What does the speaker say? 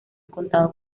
contado